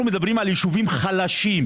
אנחנו מדברים על יישובים חלשים,